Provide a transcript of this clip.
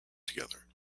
together